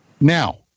Now